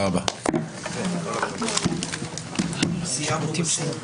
הישיבה ננעלה בשעה 12:40.